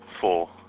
Four